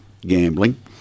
gambling